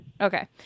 Okay